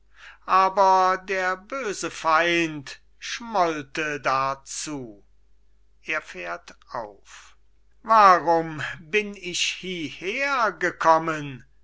aber der böse feind schmollte darzu er fährt auf warum bin ich hieher gekommen